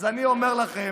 אז אני אומר לכם,